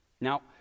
Now